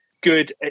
good